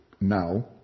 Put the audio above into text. now